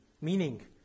meaning